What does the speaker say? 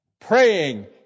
praying